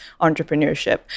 entrepreneurship